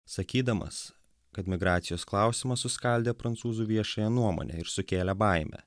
sakydamas kad migracijos klausimas suskaldė prancūzų viešąją nuomonę ir sukėlė baimę